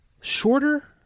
shorter